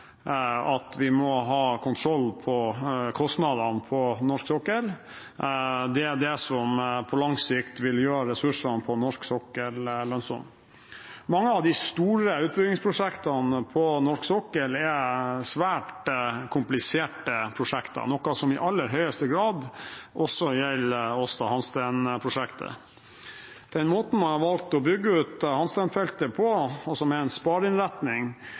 at en samlet stortingskomité er opptatt av at vi må ha kontroll på kostnadene på norsk sokkel. Det er det som på lang sikt vil gjøre ressursene på norsk sokkel lønnsomme. Mange av de store utbyggingsprosjektene på norsk sokkel er svært kompliserte prosjekter, noe som i aller høyeste grad også gjelder Aasta Hansteen-prosjektet. Den måten man har valgt å bygge ut Aasta Hansteen-feltet på, som er en